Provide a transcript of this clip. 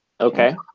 Okay